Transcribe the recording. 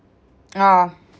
ah